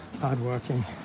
hardworking